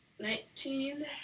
Nineteen